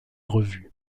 revue